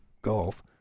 gulf